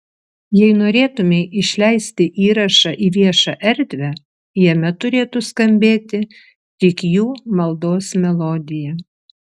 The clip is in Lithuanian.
jei norėtumei išleisti įrašą į viešą erdvę jame turėtų skambėti tik jų maldos melodija